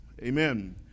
amen